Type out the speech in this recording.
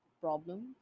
problems